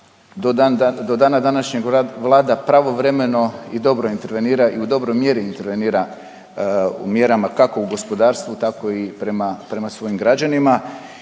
Do dana današnjeg Vlada pravovremeno i dobro intervenira i u dobroj mjeri intervenira mjerama kako u gospodarstvu tako i prema, prema svojim građanima